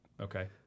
Okay